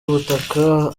butaka